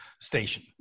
station